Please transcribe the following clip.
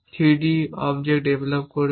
3D object develop করবে